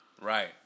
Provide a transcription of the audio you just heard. right